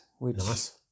Nice